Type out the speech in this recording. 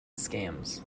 scams